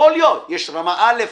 בפוליו יש רמה א',